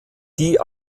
die